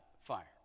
fire